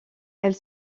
elle